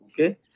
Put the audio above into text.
okay